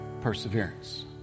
perseverance